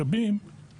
משאבים